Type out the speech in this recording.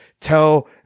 tell